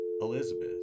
Elizabeth